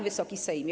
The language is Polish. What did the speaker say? Wysoki Sejmie!